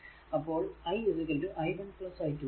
അപ്പോൾ i i1 i2 ആണ്